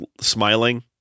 smiling